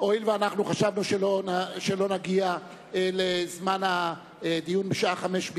ואנחנו חשבנו שלא נגיע לזמן הדיון בשעה 17:00 בדיוק,